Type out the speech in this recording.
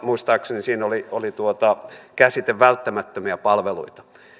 muistaakseni siinä oli käsite välttämättömiä palveluita